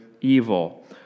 evil